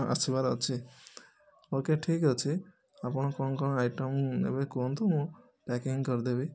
ଆସିବାର ଅଛି okay ଠିକ ଅଛି ଆପଣଙ୍କ କ'ଣ କ'ଣ ଆଇଟମ୍ ଏବେ କୁହନ୍ତୁ ପ୍ୟାକିଙ୍ଗ କରିଦେବି